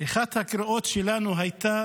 אחת הקריאות שלנו הייתה